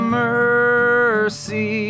mercy